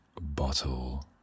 bottle